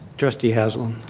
trustee haslund?